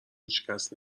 هیچکس